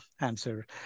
answer